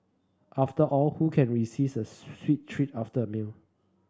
after all who can resist a sweet treat after a meal